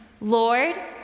Lord